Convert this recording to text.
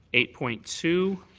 eight point two.